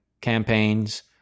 campaigns